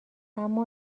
اما